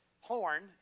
horn